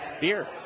Beer